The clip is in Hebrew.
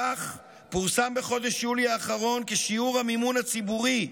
כך פורסם בחודש יולי האחרון כי שיעור המימון הציבורי,